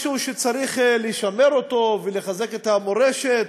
משהו שצריך לשמר אותו ולחזק את המורשת.